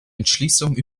entschließung